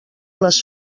les